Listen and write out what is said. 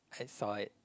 I saw it